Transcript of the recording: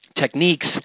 techniques